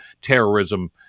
terrorism